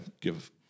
give